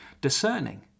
discerning